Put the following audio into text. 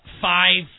five